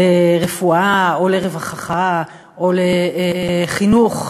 לרפואה או לרווחה או לחינוך,